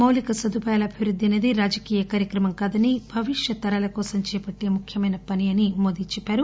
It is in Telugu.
మౌలిక సదుపాయాల అభివృద్ది అనేది రాజకీయ కార్యక్రమం కాదని భవిష్యత్ తరాల కోసం చేపట్టే ముఖ్యమైన పని అని ప్రధానమంత్రి అన్నారు